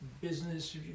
business